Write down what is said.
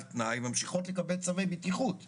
תנאי וממשיכות לקבל צווי בטיחות ולעבוד.